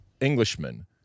Englishman